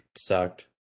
sucked